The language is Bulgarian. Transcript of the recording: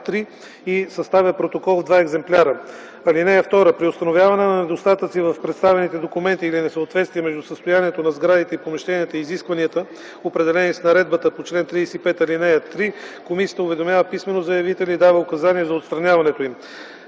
3 и съставя протокол в два екземпляра. (2) При установяване на недостатъци в представените документи или несъответствие между състоянието на сградите и помещенията и изискванията, определени с наредбата по чл. 35,ал. 3, комисията уведомява писмено заявителя и дава указания за отстраняването им.